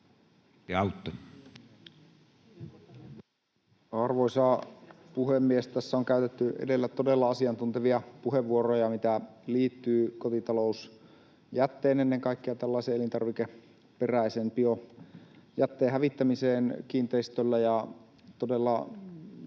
Arvoisa puhemies! Tässä on käytetty edellä todella asiantuntevia puheenvuoroja, mitä liittyy kotitalousjätteen, ennen kaikkea tällaisen elintarvikeperäisen biojätteen, hävittämiseen kiinteistöllä.